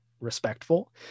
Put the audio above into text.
respectful